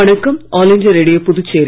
வணக்கம் all India radio Puducherry